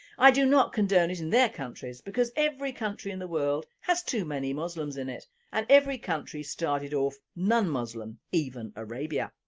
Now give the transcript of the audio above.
i do not condone it in their countries because every country in the world has too many muslims in it and every country started off non muslim, even arabia.